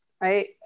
right